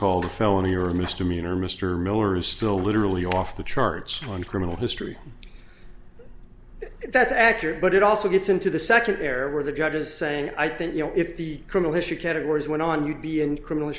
called a felony or misdemeanor mr miller is still literally off the charts on criminal history that's accurate but it also gets into the second pair where the judge is saying i think you know if the criminal issue categories went on you'd be in criminal